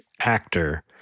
actor